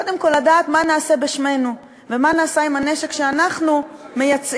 קודם כול לדעת מה נעשה בשמנו ומה נעשה עם הנשק שאנחנו מייצאים,